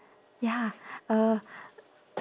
ya uh